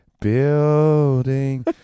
building